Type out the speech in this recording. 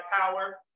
power